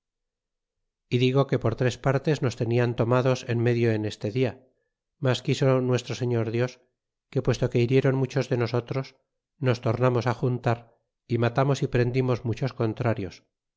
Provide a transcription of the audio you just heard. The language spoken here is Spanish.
y digo que por tres partes nos tenian tornados en medio en este dia mas quiso nuestro señor dios que puesto que hiriéron muchos de nosotros nos tornamos juntar y matamos y prendimos muchos contrarios